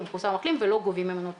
מחוסן/מחלים ולא גובים ממנו תשלום,